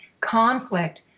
conflict